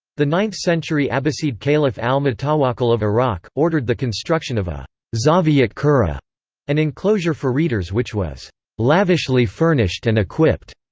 the ninth century abbasid caliph al-mutawakkil of iraq, ordered the construction of a zawiyat qurra an enclosure for readers which was lavishly furnished and equipped.